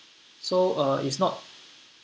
so uh it's not